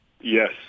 Yes